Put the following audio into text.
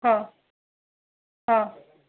हा हा